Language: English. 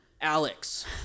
Alex